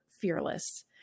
fearless